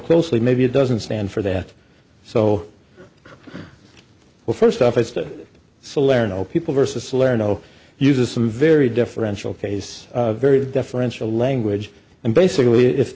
closely maybe it doesn't stand for that so well first off as to salerno people versus salerno uses some very differential case very deferential language and basically if